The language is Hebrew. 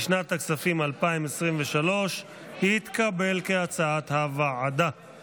לשנת הכספים 2023, כהצעת הוועדה, התקבל.